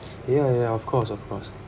ya ya of course of course